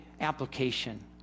application